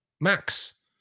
max